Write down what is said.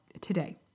today